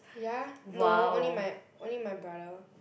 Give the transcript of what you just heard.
ya no only my only my brother